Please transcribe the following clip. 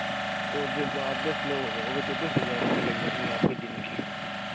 तो जब आप दस लोग हो जाओगे तो दस हज़ार रुपये लग जाएँगे आपके दिन के